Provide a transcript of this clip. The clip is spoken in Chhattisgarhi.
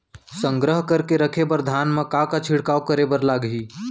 संग्रह करके रखे बर धान मा का का छिड़काव करे बर लागही?